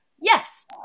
Yes